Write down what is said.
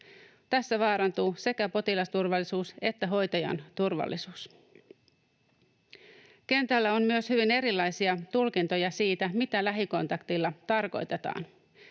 Tässä vaarantuu sekä potilasturvallisuus että hoitajan turvallisuus. Kentällä on myös hyvin erilaisia tulkintoja siitä, mitä lähikontaktilla tarkoitetaan.